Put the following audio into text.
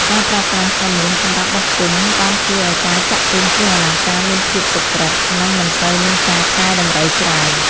ការប្រើប្រាស់ក្រមួនសម្រាប់បោះពុម្ពបានជួយឱ្យការចាក់ពុម្ពគ្រឿងអលង្ការមានភាពសុក្រឹត និង មិនសូវមានការកែតម្រូវច្រើន។